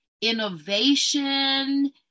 innovation